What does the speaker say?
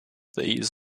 these